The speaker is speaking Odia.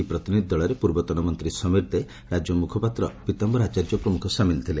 ଏହି ପ୍ରତିନିଧି ଦଳରେ ପୂର୍ବତନ ମନ୍ତୀ ସମୀର ଦେ ରାଜ୍ୟ ମୁଖପାତ୍ର ପୀତାମ୍ଘର ଆଚାର୍ଯ୍ୟ ପ୍ରମୁଖ ସାମିଲ ଥିଲେ